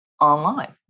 online